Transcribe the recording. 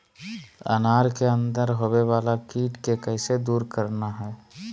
अनार के अंदर होवे वाला कीट के कैसे दूर करना है?